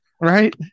Right